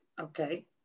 okay